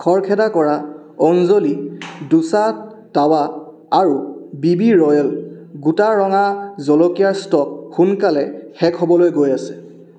খৰখেদা কৰা অঞ্জলি ডোছা টাৱা আৰু বি বি ৰ'য়েল গোটা ৰঙা জলকীয়াৰ ষ্ট'ক সোনকালে শেষ হ'বলৈ গৈ আছে